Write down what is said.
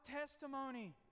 testimony